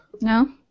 No